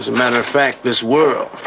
as a matter of fact, this world.